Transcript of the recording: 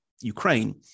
Ukraine